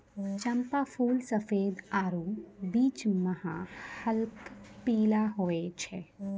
चंपा फूल सफेद आरु बीच मह हल्क पीला होय छै